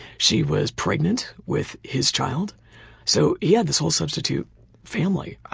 she was pregnant with his child so he had this whole substitute family. ah